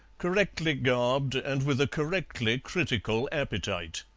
correctly garbed and with a correctly critical appetite.